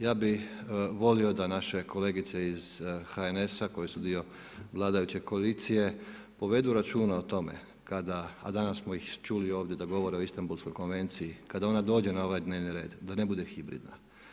Ja bi volio da naše kolegice iz HNS-a koje su dio vladajuće koalicije, povedu računa o tome, kada, a danas smo ih čuli ovdje da govore o Istambulskoj konvenciji, kad ona dođe na ovaj dnevni red da ne bude hibridna.